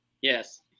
Yes